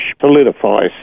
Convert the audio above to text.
solidifies